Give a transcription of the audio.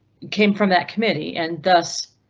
came from that committee and thus.